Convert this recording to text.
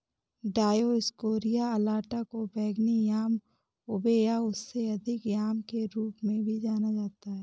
Dioscorea alata को बैंगनी yam ube या उससे अधिक याम के रूप में भी जाना जाता है